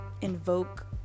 invoke